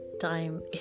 time